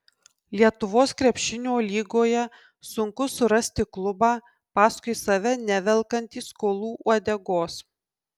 lietuvos krepšinio lygoje sunku surasti klubą paskui save nevelkantį skolų uodegos